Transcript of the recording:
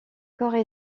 corps